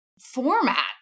format